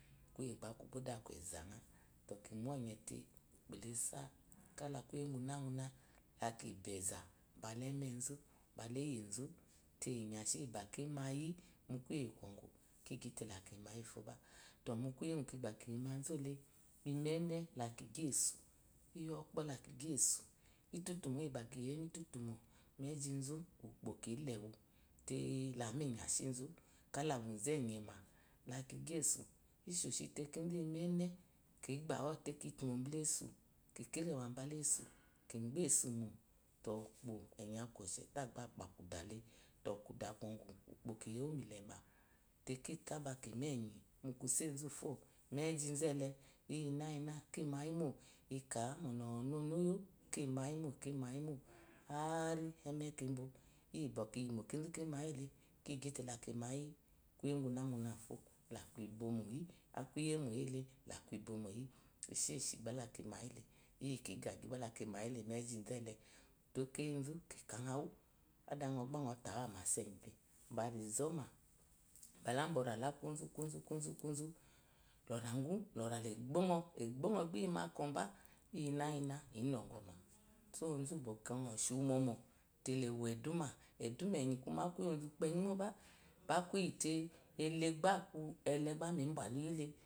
Kuye kubodé aku eza kuye uguuna una la kiba eza mu áyibala emezu bala eyezu te inyashi iyi ba kima yi mu kuye gyo kiryi lalumayi fyo to mu kuye ugu bɔko kibá kiyi mu qqule immene la kigye sú ituttúmo iyba kiyeyi mu itututmó mu mye ezhizu úkpoo kilewu tela mainyashi zu kala wuzu eyema la kiqyesu isheshi te kizu immene. libá ɔte ki tumo balesu kikire wa ba lesu kibé esu mó to ukpó enyi akú o-sheta bá apa kudále to kudá gyogu úkpó kiyewu mu ilemá te kitabá kima. enyi mu kuse zufyó muezhizu ele iyinn inna kima yimo ikaá mó ŋnii ŋmiyo kimayimo kimayimo arr emme kebo kizu kimayil kigyite kima yi kuye uguna uquna fyo la aku iboyi aku iyye moy zhela aku ibmoyi esheshi bála kima yile iyi kigyagyi bá la kima yile mu ezhile utekeyi zu unɔ bá ŋdtawu ammsa enyi le bala ezoma bala ubá ɔrala kuzu kuzu kuzu kuzu lo requ lora la ebonɔ bá yiyimu akɔ ba iyi inna inna innɔ goimá ozu uwu bɔkɔnɔshiwu momo te la ewo eduma eduma enyi kuma aku iyi ozu penyi mo bá akuye ele ba mi bwa luyi le